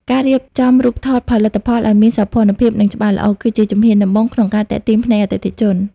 ការរៀបចំរូបថតផលិតផលឱ្យមានសោភ័ណភាព និងច្បាស់ល្អ គឺជាជំហានដំបូងក្នុងការទាក់ទាញភ្នែកអតិថិជន។